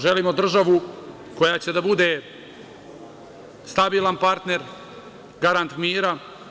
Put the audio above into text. Želimo državu koja će da bude stabilan partner, garant mira.